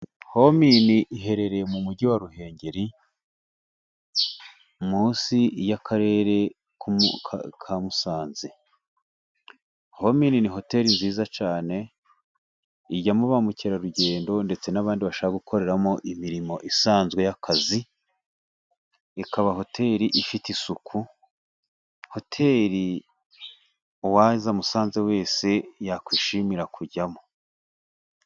Homini iherereye mu mujyi wa Ruhengeri ,mu nsi y'akarere ka Musanze. Homini, hotel nziza cyane ijyamo ba mukerarugendo ndetse n'abandi bashaka gukoreramo imirimo isanzwe y'akazi ikaba hoteli ifite isuku hotel uwaza Musanze wese yakwishimira kujyamo.